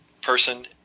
person